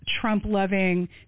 Trump-loving